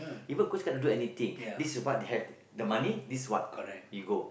even coach can't do anything this is what they have the money this is what we go